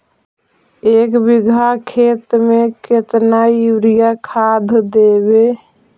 एक बिघा खेत में केतना युरिया खाद देवै?